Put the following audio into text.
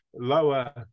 lower